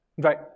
Right